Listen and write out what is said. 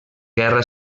guerra